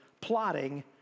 plotting